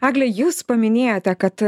egle jūs paminėjote kad